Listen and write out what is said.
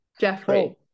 jeffrey